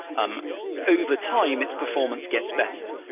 um overtime, its performance gets better,